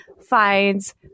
finds